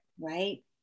right